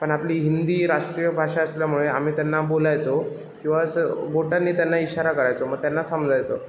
पण आपली हिंदी राष्ट्रीय भाषा असल्यामुळे आम्ही त्यांना बोलायचो किंवा असं बोटाने त्यांना इशारा करायचो मग त्यांना समजायचं